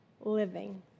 living